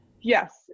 Yes